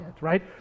right